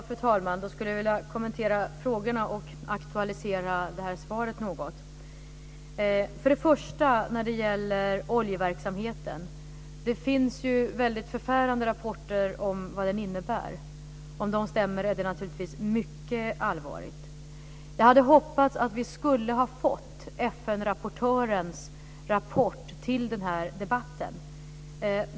Fru talman! Då vill jag kommentera frågorna och aktualisera svaret något. För det första: När det gäller oljeverksamheten finns det ju förfärande rapporter om vad den innebär. Om de stämmer är det naturligtvis mycket allvarligt. Jag hade hoppats att vi skulle ha hunnit att få FN rapportörens rapport till den här debatten.